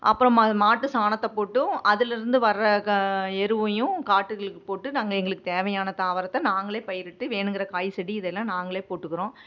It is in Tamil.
அப்புறம் மா மாட்டுச்சாணத்தை போட்டும் அதுலேருந்து வர்ற க எருவையும் காட்டுகளுக்கு போட்டு நாங்கள் எங்களுக்கு தேவையான தாவரத்தை நாங்களே பயிரிட்டு வேணுங்கிற காய் செடி இதெல்லாம் நாங்களே போட்டுக்கிறோம்